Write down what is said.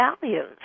values